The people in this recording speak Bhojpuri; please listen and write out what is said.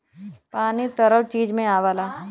पानी तरल चीज में आवला